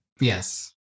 Yes